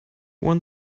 one